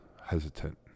hesitant